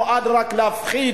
נועד רק להפחיד,